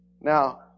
Now